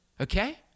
Okay